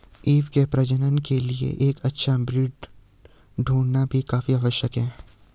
ewe के प्रजनन के लिए एक अच्छा ब्रीडर ढूंढ़ना भी काफी आवश्यक है